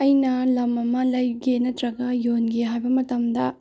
ꯑꯩꯅ ꯂꯝ ꯑꯃ ꯂꯩꯒꯦ ꯅꯠꯇ꯭ꯔꯒ ꯌꯦꯟꯒꯦ ꯍꯥꯏꯕ ꯃꯇꯝꯗ